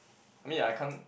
I mean I can't